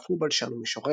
היה אף הוא בלשן ומשורר.